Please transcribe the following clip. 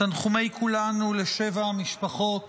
תנחומי כולנו לשבע המשפחות